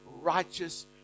righteous